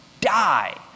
die